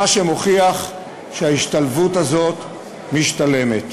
מה שמוכיח שההשתלבות הזאת משתלמת.